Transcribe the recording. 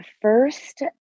first